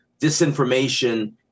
disinformation